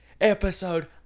episode